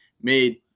Made